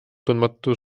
tundmatu